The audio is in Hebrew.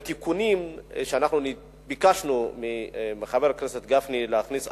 עם תיקונים שאנחנו ביקשנו מחבר הכנסת גפני להכניס.